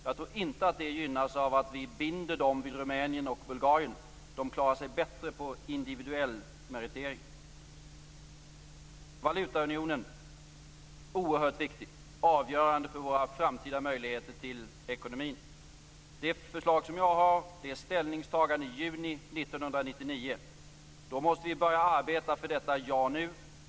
Jag tror inte att det gynnas av att vi binder dem vid Rumänien och Bulgarien. De klarar sig bättre på individuell meritering. Valutaunionen är oerhört viktig och avgörande för våra framtida möjligheter när det gäller ekonomin. Det förslag som jag har är ett ställningstagande i juni 1999. Då måste vi börja arbeta för detta ja nu.